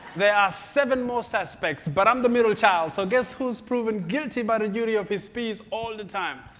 there are seven more suspects, but i'm the middle child, so guess who's proven guilty by the jury of his peers all the time?